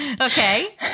Okay